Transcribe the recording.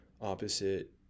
opposite